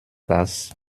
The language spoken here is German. was